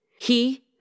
He